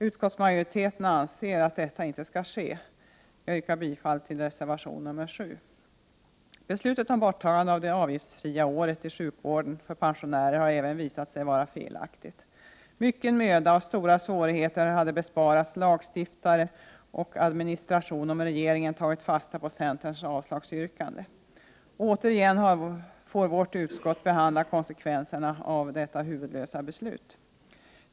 Utskottsmajoriteten anser att detta inte skall ske. Jag yrkar bifall till reservation nr 7. Även beslutet om borttagande av det avgiftsfria året i sjukvården för pensionärer har visat sig vara felaktigt. Mycken möda och stora svårigheter hade besparats lagstiftare och administration om regeringen tagit fasta på centerns avslagsyrkande. Återigen får vårt utskott behandla konsekvenserna av detta huvudlösa beslut.